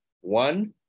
One